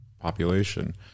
population